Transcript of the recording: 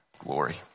glory